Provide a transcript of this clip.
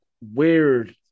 weird